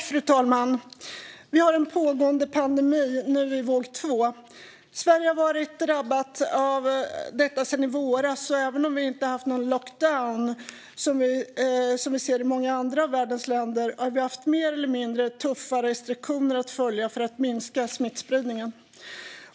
Fru talman! Vi har en pågående pandemi, nu i våg två. Sverige har varit drabbat av den sedan i våras. Även om vi inte har haft någon lockdown, som vi ser i många andra av världens länder, har vi haft mer eller mindre tuffa restriktioner att följa för att minska smittspridningen.